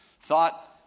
thought